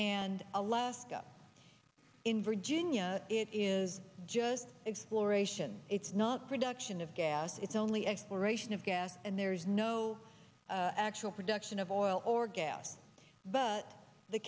and alaska in virginia it is just exploration it's not production of gas it's only exploration of gas and there is no actual production of oil or gas but the